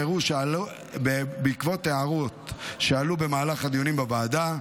בעקבות הערות שעלו במהלך הדיונים בוועדה,